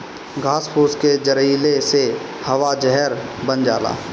घास फूस के जरइले से हवा जहर बन जाला